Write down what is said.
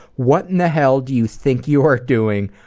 what in the hell do you think you are doing?